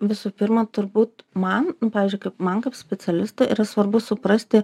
visų pirma turbūt man pavyzdžiui kaip man kaip specialistei yra svarbu suprasti